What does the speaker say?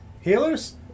healers